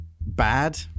Bad